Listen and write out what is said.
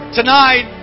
tonight